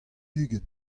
ugent